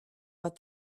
but